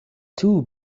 too